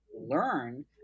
learn